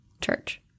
Church